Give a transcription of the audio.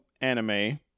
anime